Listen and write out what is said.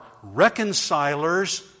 reconcilers